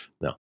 No